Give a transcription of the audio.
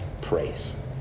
praise